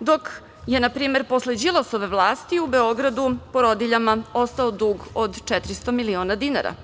dok je, na primer, posle Đilasove vlasti u Beogradu porodiljama ostao dug od 400 miliona dinara.